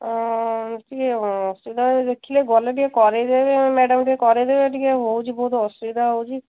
ଟିକେ ଅସୁବିଧା ଦେଖିଲେ ଗଲେ ଟିକେ କରେଇଦେବେ ମ୍ୟାଡ଼ାମ ଟିକେ କରେଇଦେବେ ଟିକେ ହେଉଛି ବହୁତ ଅସୁବିଧା ହେଉଛି